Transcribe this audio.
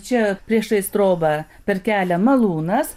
čia priešais trobą per kelią malūnas